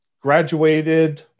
graduated